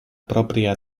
propria